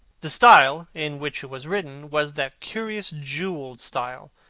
the style in which it was written was that curious jewelled style,